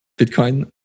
Bitcoin